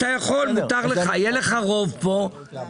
אתה יכול מותר לך, אם יהיה לך פה רוב צדקת.